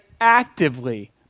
actively